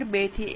2 થી 1